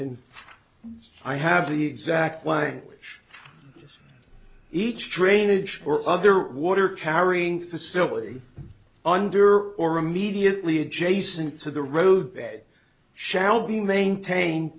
can i have the exact why i wish each drainage or other water carrying facility under or immediately adjacent to the road bed shall be maintain